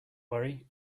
worry